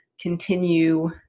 continue